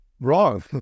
wrong